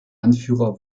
anführer